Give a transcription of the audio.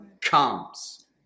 comes